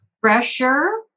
Pressure